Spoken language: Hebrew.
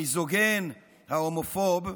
המיזוגן, ההומופוב,